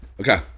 Okay